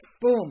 boom